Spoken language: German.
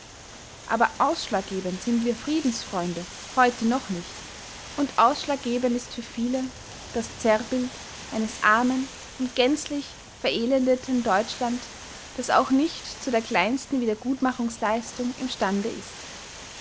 aber ausschlaggebend sind wir friedensfreunde heute noch nicht und ausschlaggebend ist für viele das zerrbild eines armen und gänzlich verelendeten deutschland das auch nicht zu der kleinsten wiedergutmachungsleistung imstande ist